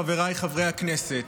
חבריי חברי הכנסת,